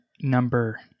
number